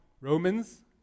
Romans